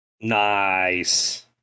Nice